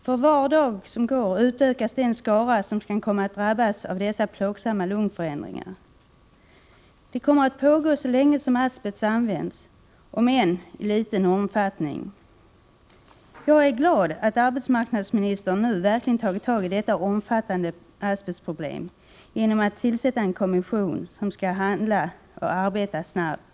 För var dag som går utökas den skara som kan komma att drabbas av dessa plågsamma lungförändringar. Detta kommer att pågå så länge som asbest används, om än i liten omfattning. Jag är glad för att arbetsmarknadsministern nu verkligen har tagit tag i detta omfattande asbestproblem genom att tillsätta en kommission, som skall handla och arbeta snabbt.